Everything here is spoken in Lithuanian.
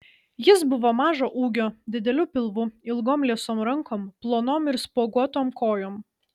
jis buvo mažo ūgio dideliu pilvu ilgom liesom rankom plonom ir spuoguotom kojom